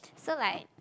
so like